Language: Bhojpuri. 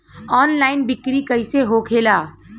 ऑनलाइन बिक्री कैसे होखेला?